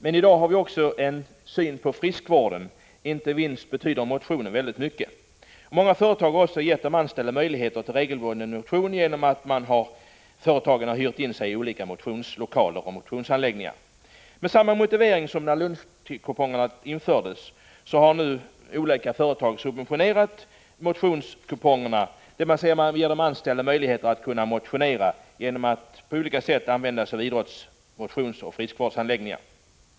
Men i dag har vi också en syn på friskvård som inte minst innebär att motion betyder väldigt mycket. Många företag har gett de anställda möjligheter till regelbunden motion genom att företagen hyrt in sig i olika motionslokaler och motionsanläggningar. Med samma motivering som när lunchkupongerna infördes har nu olika företag subventionerat motionskuponger — man vill ge de anställda möjlighet att motionera genom att på olika sätt använda sig av idrotts-, motionsoch friskvårdsanläggningar.